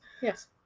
Yes